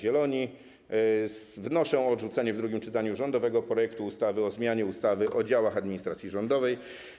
Zieloni wnoszę o odrzucenie w drugim czytaniu rządowego projektu ustawy o zmianie ustawy o działach administracji rządowej.